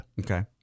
okay